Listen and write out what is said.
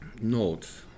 note